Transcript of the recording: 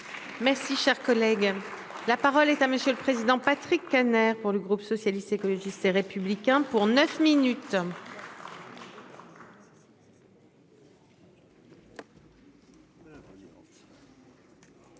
Merci cher collègue. La parole est à monsieur le président Patrick Kanner pour le groupe socialiste, écologiste et républicain pour 9 minutes.